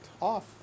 off